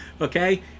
okay